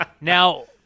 Now